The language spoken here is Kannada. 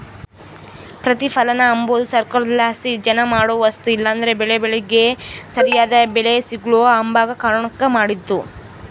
ಪ್ರತಿಪಲನ ಅಂಬದು ಸರ್ಕಾರುದ್ಲಾಸಿ ಜನ ಮಾಡೋ ವಸ್ತು ಇಲ್ಲಂದ್ರ ಬೆಳೇ ಬೆಳಿಗೆ ಸರ್ಯಾದ್ ಬೆಲೆ ಸಿಗ್ಲು ಅಂಬ ಕಾರಣುಕ್ ಮಾಡಿದ್ದು